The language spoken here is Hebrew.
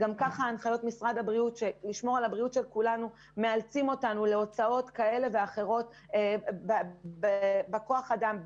גם כך הנחיות משרד הבריאות מאלצות אותנו להוצאות כאלו ואחרות בכוח אדם.